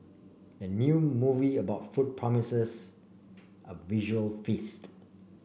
the new movie about food promises a visual feast